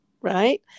right